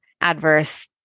adverse